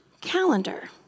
calendar